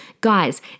Guys